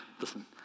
listen